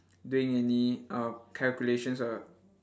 doing any uh calculations or